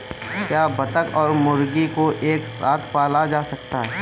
क्या बत्तख और मुर्गी को एक साथ पाला जा सकता है?